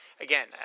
again